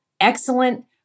excellent